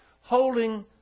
holding